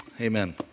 Amen